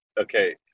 Okay